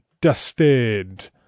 dusted